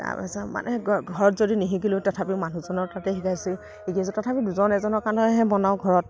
তাৰ পাছত মানে ঘৰ ঘৰত যদিও নিশিকিলোঁ তথাপি মানুহজনৰ তাতে শিকাইছোঁ শিকিছোঁ তথাপি দুজন এজনৰ কাৰণেহে বনাওঁ ঘৰত